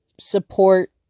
support